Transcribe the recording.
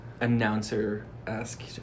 announcer-esque